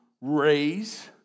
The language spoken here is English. raise